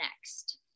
next